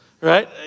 right